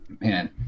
man